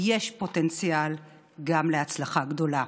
יש פוטנציאל גם להצלחה גדולה,